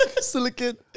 silicon